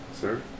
sir